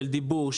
של דיבור,